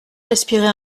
respirer